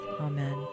Amen